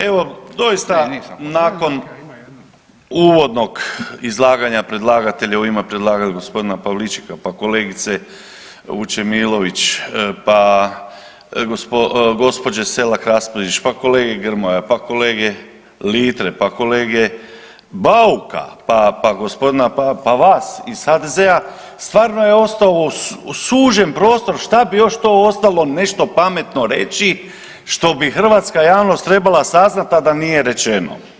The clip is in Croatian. Evo, doista nakon, uvodnog ulaganja predlagatelja u ime predlagatelja g. Pavličeka pa kolegice Vučemilović pa gđe. Selak Raspudić pa kolege Grmoja pa kolege Litre pa kolege Bauka pa gospodina, pa vas iz HDZ-a, stvarno je ostao sužen prostor šta bi još to ostalo nešto pametno reći, što bi hrvatska javnost trebala saznati, a da nije rečeno.